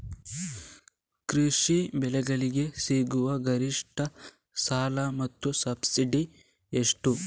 ಕೃಷಿ ಬೆಳೆಗಳಿಗೆ ಸಿಗುವ ಗರಿಷ್ಟ ಸಾಲ ಮತ್ತು ಸಬ್ಸಿಡಿ ಎಷ್ಟು?